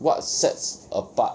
what sets apart